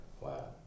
Wow